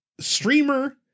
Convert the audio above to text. streamer